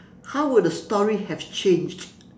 how would the story have changed